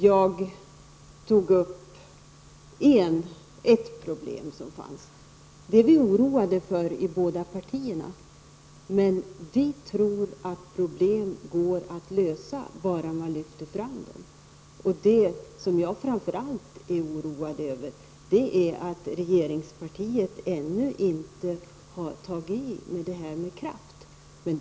Jag tog upp ett problem som finns -- det är vi oroade över i båda partierna -- men vi tror att problem går att lösa bara man lyfter fram dem. Det som jag framför allt är oroad över är att regeringspartiet ännu inte har tagit i med kraft när det gäller det problemet.